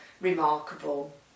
remarkable